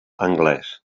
anglès